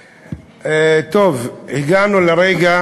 טוב, הגענו לרגע